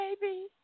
baby